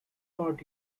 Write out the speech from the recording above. not